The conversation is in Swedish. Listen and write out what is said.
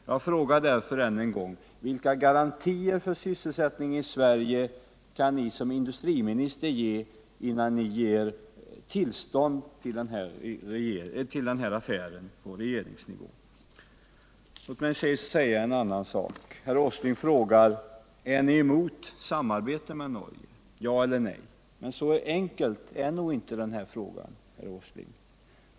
Jag frågar därför än en gång: Vilka garantier för sysselsättningen i Sverige kan ni som industriminister ge innan ni ger tillstånd till den här affären på regeringsnivå? Låt mig till sist beröra en annan sak. Herr Åsling frågar: Är ni emot samarbete med Norge — ja eller nej? Men så enkel är nog inte den här frågan, herr Åsling.